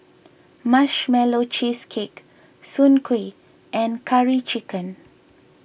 Marshmallow Cheesecake Soon Kueh and Curry Chicken